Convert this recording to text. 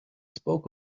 spoke